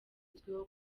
uzwiho